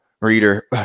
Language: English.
Reader